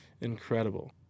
incredible